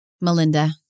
Melinda